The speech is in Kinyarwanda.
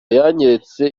yanyeretse